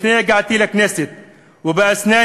לפני הגעתי לכנסת (אומר בערבית: ובשיני